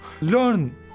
learn